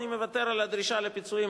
אני מוותר על הדרישה לפיצויים,